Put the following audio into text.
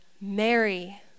Mary